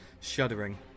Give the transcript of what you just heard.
shuddering